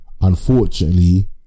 unfortunately